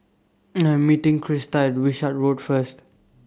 I Am meeting Krista At Wishart Road First